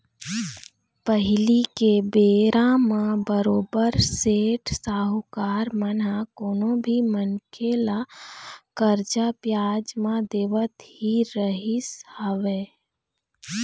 पहिली के बेरा म बरोबर सेठ साहूकार मन ह कोनो भी मनखे ल करजा बियाज म देवत ही रहिस हवय